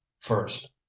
first